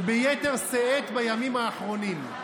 וביתר שאת בימים האחרונים.